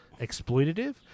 exploitative